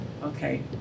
okay